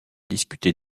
discuté